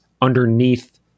underneath